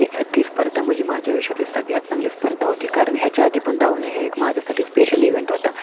ती ती स्पर्धा म्हणजे माझ्या आयुष्यातली सगळ्यात चांगली स्पर्धा होती कारण ह्याच्या आधी पण धावणे हे एक माझ्यासाठी स्पेशल इवेंट होता